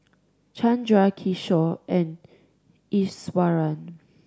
Chanda Kishore and Iswaran